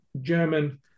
German